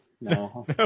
no